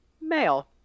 male